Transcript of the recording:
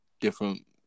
different